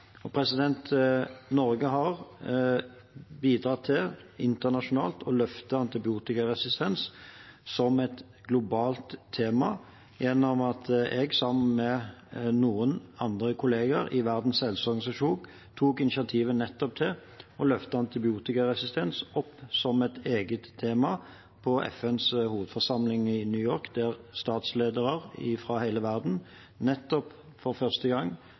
Norge har bidratt internasjonalt til å løfte antibiotikaresistens som et globalt tema gjennom at jeg sammen med noen andre kolleger i Verdens helseorganisasjon tok initiativ til å løfte nettopp antibiotikaresistens opp som et eget tema på FNs hovedforsamling i New York. Der måtte statsledere fra hele verden for første gang